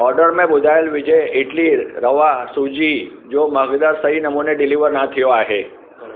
order में ॿुधायल विजय इडली रवा सूजी जो मक़दारु सही नमूने डिलीवर न थियो आहे